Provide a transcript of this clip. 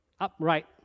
upright